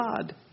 God